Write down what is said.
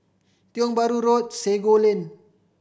Tiong Bahru Road Sago Lane